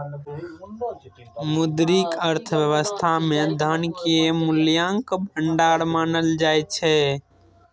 मौद्रिक अर्थव्यवस्था मे धन कें मूल्यक भंडार मानल जाइ छै